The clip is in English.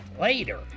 later